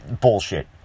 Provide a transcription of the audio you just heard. bullshit